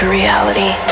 reality